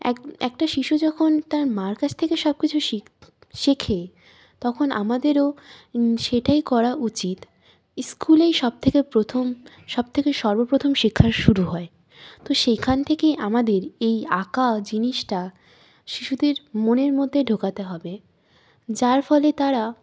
এক একটা শিশু যখন তার মার কাছ থেকে সব কিছু শেখে তখন আমাদেরও সেটাই করা উচিত স্কুলেই সবথেকে প্রথম সবথেকে সর্বপ্রথম শিক্ষা শুরু হয় তো সেখান থেকেই আমাদের এই আঁকা জিনিসটা শিশুদের মনের মধ্যে ঢোকাতে হবে যার ফলে তারা